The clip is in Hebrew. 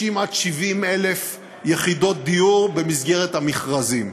60,000 70,000 יחידות דיור במסגרת המכרזים.